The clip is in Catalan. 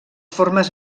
formes